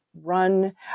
run